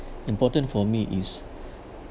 important for me is